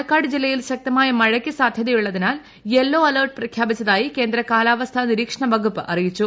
പാലക്കാട് ജില്ലയിൽ ശക്തമായ മഴയ്ക്ക് സാധൃതയുള്ളതിനാൽ ഇന്ന് യെല്ലോ അലെർട്ട് പ്രഖ്യാപിച്ചതിയി കേന്ദ്ര കാലാസ്ഥാ നിരീക്ഷണ വകുപ്പ് അറിയിച്ചു